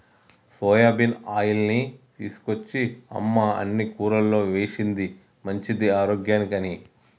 soybean ఆయిల్ని తీసుకొచ్చి అమ్మ అన్ని కూరల్లో వేశింది మంచిది ఆరోగ్యానికి అని